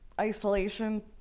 isolation